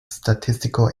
statistical